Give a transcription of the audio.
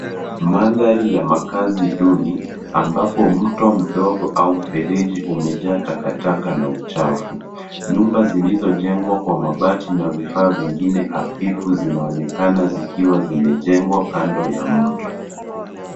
Mandhari ya makazi duni, ambapo mto mdogo au mfereji umejaa takataka na uchafu. Nyumba zilizojengwa kwa mabati na vifaa vingine hafifu zinaonekana zikiwa zimejengwa kando ya mto.